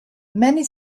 many